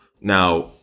Now